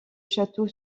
château